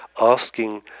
asking